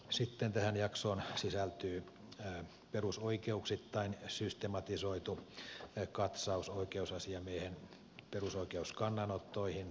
sitten tähän jaksoon sisältyy perusoikeuksittain systematisoitu katsaus oikeusasiamiehen perusoikeuskannanottoihin kertomusvuoden aikana